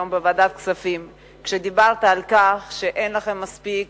היום בוועדת הכספים כשדיברת על כך שאין לכם מספיק